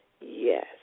Yes